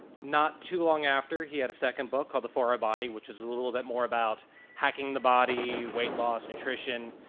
not too long after, he had a second book called the four hour body, which was a little bit more about hacking the body, weight loss, nutrition.